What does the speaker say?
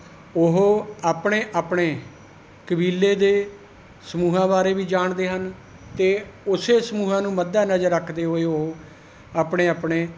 ਉਹ ਆਪਣੇ ਆਪਣੇ ਕਬੀਲੇ ਦੇ ਸਮੂਹਾਂ ਬਾਰੇ ਵੀ ਜਾਣਦੇ ਹਨ ਅਤੇ ਉਸ ਸਮੂਹਾਂ ਨੂੰ ਮੱਦੇਨਜ਼ਰ ਰੱਖਦੇ ਹੋਏ ਉਹ ਆਪਣੇ ਆਪਣੇ